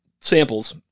samples